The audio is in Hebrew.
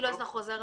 אתה חוזר